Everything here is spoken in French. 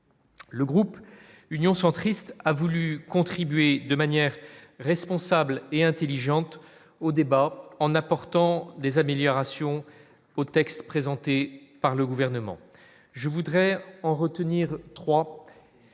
Le groupe Union centriste a voulu contribuer de manière responsable et intelligente au débat en apportant des améliorations au texte présenté par le gouvernement, je voudrais en retenir 3